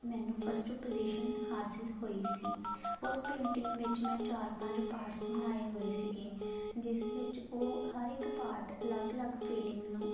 ਮੈਨੂੰ first position ਹਾਸਿਲ ਹੋਈ ਸੀ ਉਸ ਪੇਂਟਿੰਗ ਵਿੱਚ ਮੈਂ ਚਾਰ ਪੰਜ ਪਾਰਟਸ ਬਣਾਏ ਹੋਏ ਸੀਗੇ ਜਿਸ ਵਿੱਚ ਉਹ ਹਰ ਇੱਕ ਪਾਰਟ ਅਲੱਗ ਅਲੱਗ ਫੀਲਿੰਗ ਨੂੰ